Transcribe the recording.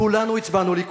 כולנו הצבענו ליכוד.